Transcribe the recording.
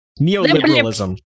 Neoliberalism